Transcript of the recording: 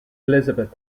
elizabeth